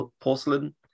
porcelain